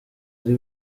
ari